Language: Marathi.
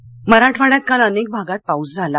पाऊस मराठवाइयात काल अनेक भागात पाऊस झाला